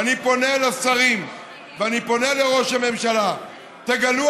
ואני פונה לשרים ואני פונה לראש הממשלה: תגלו